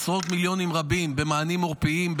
עשרות מיליונים רבים במענים עורפיים,